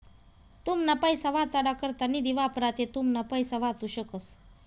तुमना पैसा वाचाडा करता निधी वापरा ते तुमना पैसा वाचू शकस